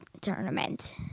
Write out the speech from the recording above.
tournament